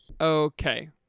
okay